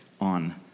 on